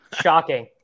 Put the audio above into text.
Shocking